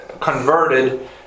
converted